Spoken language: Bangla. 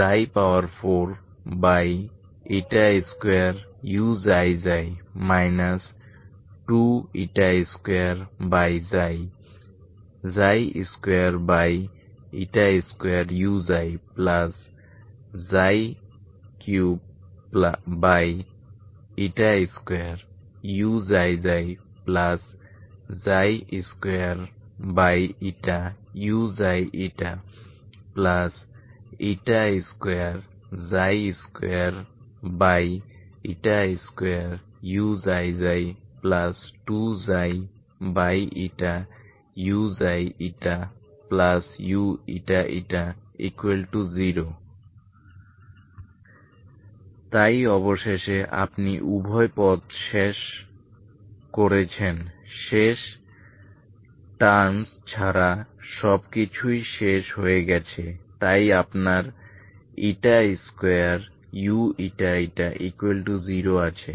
22232u42uξξ 2222u32uξξ2u222uξξ2ξuuηη0 তাই অবশেষে আপনি উভয় পদ শেষ করেছেন শেষ টার্মস ছাড়া সবকিছু শেষ হয়ে গেছে তাই আপনার 2uηη0 আছে